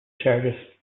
charges